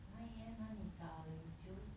nine A_M 哪里早你九